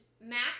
Max